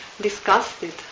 disgusted